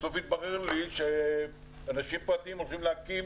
בסוף התברר לי שאנשים פרטיים הולכים להקים